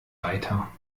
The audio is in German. weiter